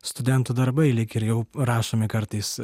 studentų darbai lyg ir jau rašomi kartais